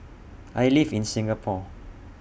I live in Singapore